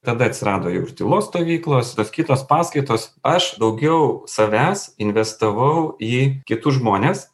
tada atsirado jau ir tylos stovyklos bet kitos paskaitos aš daugiau savęs investavau į kitus žmones